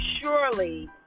Surely